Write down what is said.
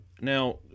Now